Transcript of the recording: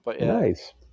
Nice